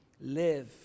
live